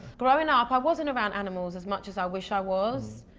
growing up, i wasn't around animals as much as i wish i was.